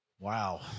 Wow